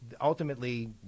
Ultimately